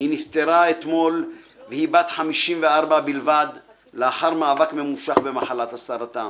היא נפטרה אתמול והיא בת 54 בלבד לאחר מאבק ממושך במחלת הסרטן.